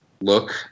look